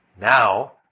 now